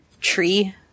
tree